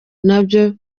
nabyo